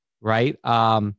right